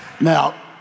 Now